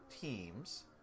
teams